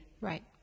Right